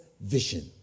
vision